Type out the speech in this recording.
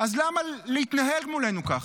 אז למה להתנהג מולנו ככה?